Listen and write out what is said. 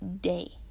day